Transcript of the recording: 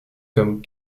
comme